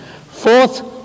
Fourth